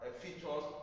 features